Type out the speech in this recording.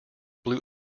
blew